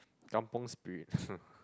kampung Spirit